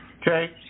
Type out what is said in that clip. okay